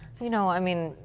you know, i mean,